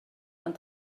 ond